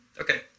okay